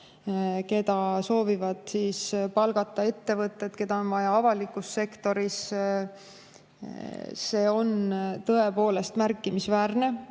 keda soovivad palgata ettevõtted ja keda on vaja avalikus sektoris, on tõepoolest märkimisväärne.